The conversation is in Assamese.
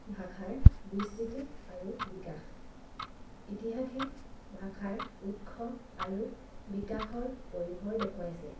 ভাষাৰ বিস্তৃতি আৰু বিকাশ ইতিহাসে ভাষাৰ উৎস আৰু বিকাশৰ পৰিসৰ দেখুৱাইছে